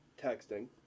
texting